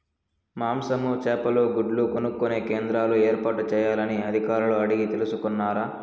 మాంసము, చేపలు, గుడ్లు కొనుక్కొనే కేంద్రాలు ఏర్పాటు చేయాలని అధికారులను అడిగి తెలుసుకున్నారా?